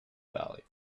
valley